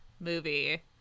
movie